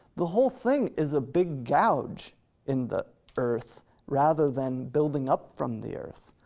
the whole thing is a big gouge in the earth rather than building up from the earth,